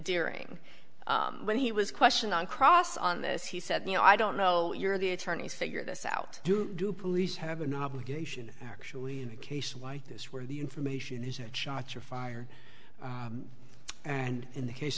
during when he was questioned on cross on this he said you know i don't know you're the attorneys figure this out do do police have an obligation actually in the case why this where the information is that shots were fired and in the case